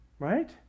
Right